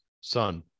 son